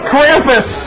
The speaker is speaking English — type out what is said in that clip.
Krampus